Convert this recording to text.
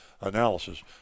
analysis